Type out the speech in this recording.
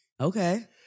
Okay